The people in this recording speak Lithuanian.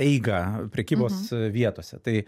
eigą prekybos vietose tai